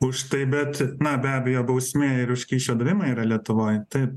už tai bet na be abejo bausmė ir už kyšio davimą yra lietuvoj taip